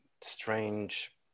strange